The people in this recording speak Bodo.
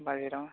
बाहेराव